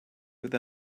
with